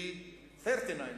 די-39,